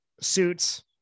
suits